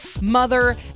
mother